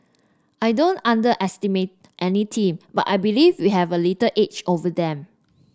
I don't underestimate any team but I believe we have a little edge over them